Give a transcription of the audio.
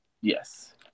Yes